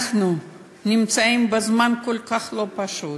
אנחנו נמצאים בזמן כל כך לא פשוט,